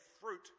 fruit